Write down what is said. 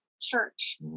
church